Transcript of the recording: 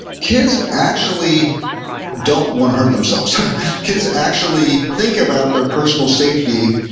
kids actually don't want to hurt themselves kids actually think about their personal safety,